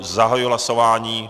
Zahajuji hlasování.